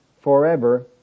forever